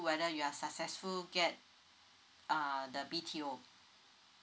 whether you are successful get err the BTO